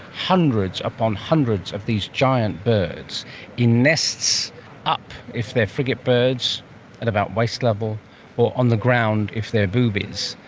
hundreds upon hundreds of these giant birds in nests up if they are frigate birds, at about waist level or on the ground if they are boobies.